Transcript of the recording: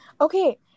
okay